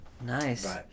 Nice